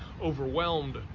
overwhelmed